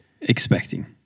expecting